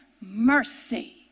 mercy